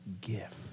gift